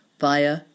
via